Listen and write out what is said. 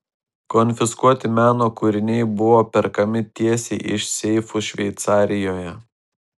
konfiskuoti meno kūriniai buvo perkami tiesiai iš seifų šveicarijoje